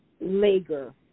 Lager